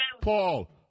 Paul